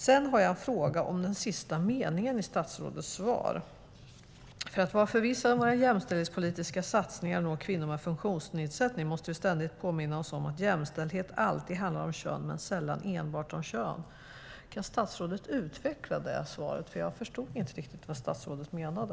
Sedan har jag en fråga om den sista meningen i statsrådets svar: "För att vara förvissade om att våra jämställdhetspolitiska satsningar når kvinnor med funktionsnedsättning måste vi ständigt påminna oss om att jämställdhet alltid handlar om kön men sällan enbart om kön." Kan statsrådet utveckla det? Jag förstod inte riktigt vad statsrådet menade.